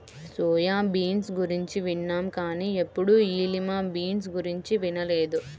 soya bean గురించి విన్నాం కానీ ఎప్పుడూ ఈ లిమా బీన్స్ గురించి వినలేదు